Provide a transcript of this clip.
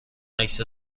عکس